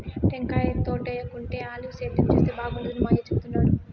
టెంకాయ తోటేయేకుండా ఆలివ్ సేద్యం చేస్తే బాగుండేదని మా అయ్య చెప్తుండాడు